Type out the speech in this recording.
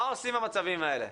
מה עושים במצבים האלה?